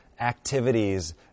activities